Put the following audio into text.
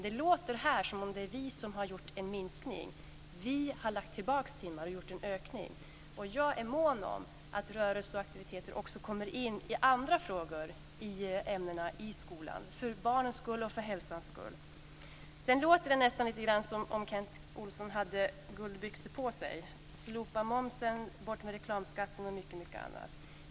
Det låter här som om det är vi som har gjort en minskning, men vi har lagt tillbaka timmar och gjort en ökning. Jag är mån om att rörelse och aktiviteter också kommer in i andra ämnen i skolan, för barnens skull och för hälsans skull. Sedan låter det nästan som om Kent Olsson hade guldbyxor på sig: Slopa momsen, bort med reklamskatten och mycket, mycket annat.